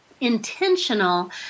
intentional